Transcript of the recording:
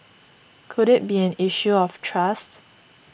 could it be an issue of trust